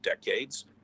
decades